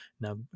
Now